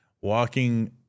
walking